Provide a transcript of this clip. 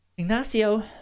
Ignacio